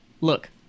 look